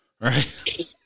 Right